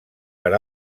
per